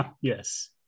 Yes